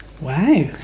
Wow